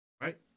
Right